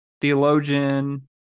theologian